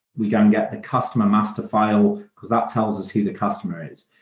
we go and get the customer master file because that tells us who the customer is.